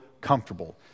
comfortable